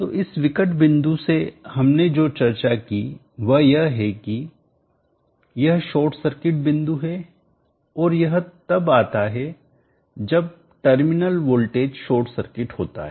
तो इस विकट बिंदु से हमने जो चर्चा की वह यह है कि यह शॉर्ट सर्किट बिंदु है और यह तब आता है जब टर्मिनल वोल्टेज शॉर्ट सर्किट होता है